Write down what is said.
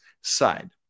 side